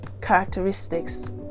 characteristics